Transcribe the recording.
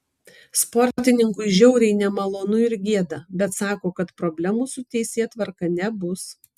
sportininkui žiauriai nemalonu ir gėda bet sako kad problemų su teisėtvarka nebus